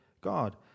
god